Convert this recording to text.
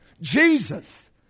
Jesus